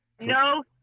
No